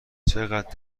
چقد